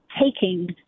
taking